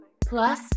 Plus